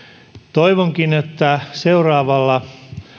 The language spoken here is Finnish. toivonkin että seuraavalla